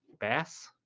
Bass